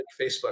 Facebook